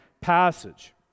passage